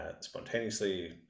spontaneously